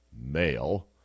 male